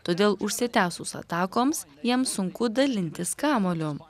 todėl užsitęsus atakoms jiem sunku dalintis kamuoliu